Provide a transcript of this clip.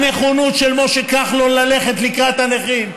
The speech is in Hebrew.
הנכונות של משה כחלון ללכת לקראת הנכים,